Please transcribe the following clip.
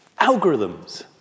algorithms